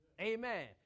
Amen